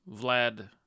Vlad